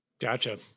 Gotcha